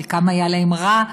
חלקם היה להם רע,